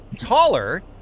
taller